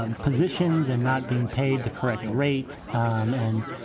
um positions and not being paid the correct rate. um and,